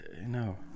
No